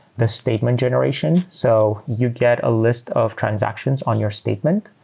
the statement generation. so you get a list of transactions on your statement.